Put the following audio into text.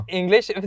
English